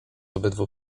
obydwu